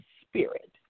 Spirit